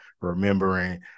remembering